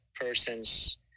person's